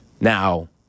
Now